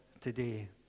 today